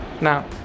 Now